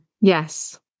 Yes